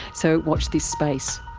so watch this space.